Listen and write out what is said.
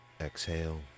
Exhale